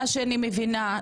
מה שאני מבינה,